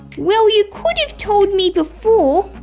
well you could have told me before!